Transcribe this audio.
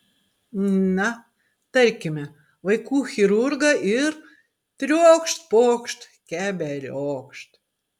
na tarkime vaikų chirurgą ir triokšt pokšt keberiokšt